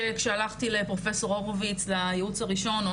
כשהלכתי לפרופ' הורוביץ לייעוץ הראשון הוא